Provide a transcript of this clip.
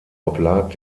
oblag